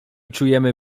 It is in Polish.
czujemy